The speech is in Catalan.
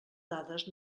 dades